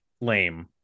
lame